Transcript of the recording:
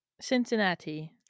Cincinnati